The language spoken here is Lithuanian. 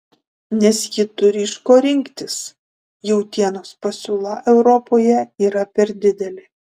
nes ji turi iš ko rinktis jautienos pasiūla europoje yra per didelė